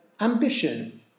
ambition